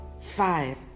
five